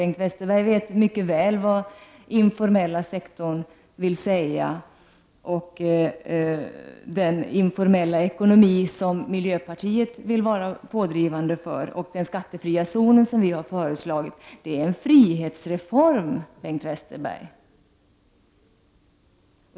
Bengt Westerberg vet mycket väl vad uttrycket ”den informella sektorn” vill säga och även vad den informella ekonomin är, den som miljöpartiet vill vara en pådrivande kraft för. Den skattefria zon som vi har föreslagit är en frihetsreform, Bengt Westerberg.